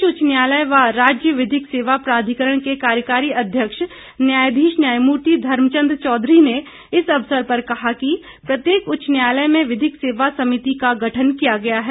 प्रदेश उच्च न्यायालय व राज्य विधिक सेवा प्राधिकरण के कार्यकारी अध्यक्ष न्यायाधीश न्यायमूर्ति धर्मचंद चौधरी ने इस अवसर पर कहा कि प्रत्येक उच्च न्यायालय में विधिक सेवा समिति का गठन किया गया है